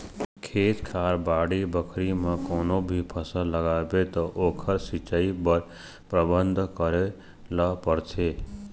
खेत खार, बाड़ी बखरी म कोनो भी फसल लगाबे त ओखर सिंचई बर परबंध करे ल परथे